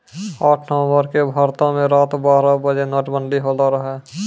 आठ नवम्बर के भारतो मे रात बारह बजे नोटबंदी होलो रहै